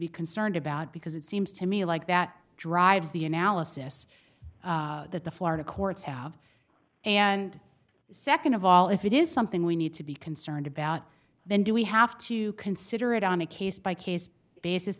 be concerned about because it seems to me like that drives the analysis that the florida courts have and second of all if it is something we need to be concerned about then do we have to consider it on a case by case basis